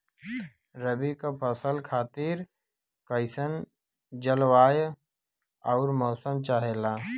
रबी क फसल खातिर कइसन जलवाय अउर मौसम चाहेला?